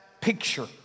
picture